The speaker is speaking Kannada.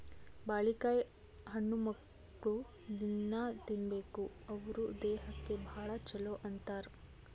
ಬಾಳಿಕಾಯಿ ಹೆಣ್ಣುಮಕ್ಕ್ಳು ದಿನ್ನಾ ತಿನ್ಬೇಕ್ ಅವ್ರ್ ದೇಹಕ್ಕ್ ಭಾಳ್ ಛಲೋ ಅಂತಾರ್